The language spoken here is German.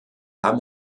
haben